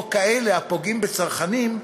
או כאלה הפוגעים בצרכנים,